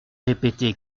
répété